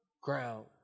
ground